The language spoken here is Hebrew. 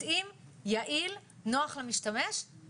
ולכן יש חשיבות לדעת מי הוא הבן אדם שנותן את הסכמתו,